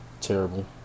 terrible